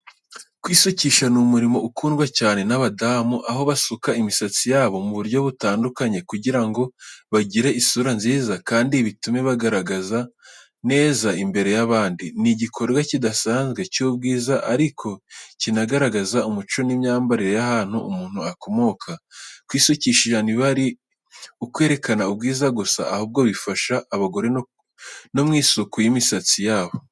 Kwisukisha ni umurimo ukundwa cyane n’abadamu, aho basuka imisatsi yabo mu buryo butandukanye kugira ngo bagire isura nziza kandi bitume bagaragara neza imbere y’abandi. Ni igikorwa kidasanzwe cy’ubwiza ariko kinagaragaza umuco n’imyambarire y’ahantu umuntu akomoka. Kwisukisha ntibiba ari ukwerekana ubwiza gusa, ahubwo bifasha abagore no mu isuku y’imisatsi yabo.